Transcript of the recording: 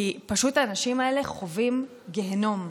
כי האנשים האלה חווים גיהינום.